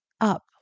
up